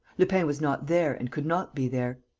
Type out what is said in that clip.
lupin was not there and could not be there.